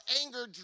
anger